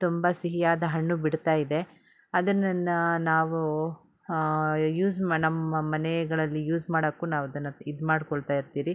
ತುಂಬ ಸಿಹಿಯಾದ ಹಣ್ಣು ಬಿಡುತ್ತಾಯಿದೆ ಅದನ್ನು ನಾವು ಯೂಸ್ ಮ್ ನಮ್ಮ ಮನೆಗಳಲ್ಲಿ ಯೂಸ್ ಮಾಡಕ್ಕೂ ನಾವು ಅದನ್ನು ಇದು ಮಾಡಿಕೊಳ್ತಾಯಿರ್ತಿರಿ